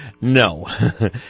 No